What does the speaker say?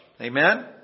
Amen